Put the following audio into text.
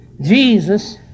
Jesus